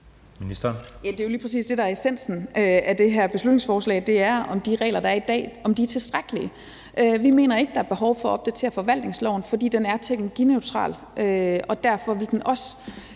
Det er jo lige præcis det, der er essensen af det her beslutningsforslag, nemlig om de regler, der er i dag, er tilstrækkelige. Vi mener ikke, at der er behov for at opdatere forvaltningsloven, fordi den er teknologineutral, og derfor vil den også